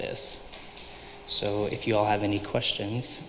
this so if you all have any questions